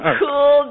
cool